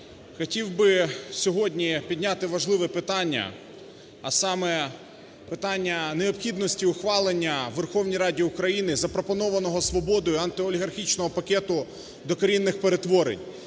хотів би сьогодні підняти важливе питання, а саме питання необхідності ухвалення в Верховній Раді України запропонованого "Свободою" антиолігархічного пакету докорінних перетворень,